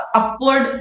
upward